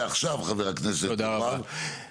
ועכשיו חבר הכנסת יוראי.